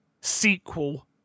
sequel